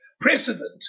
precedent